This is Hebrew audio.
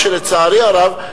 לצערי הרב,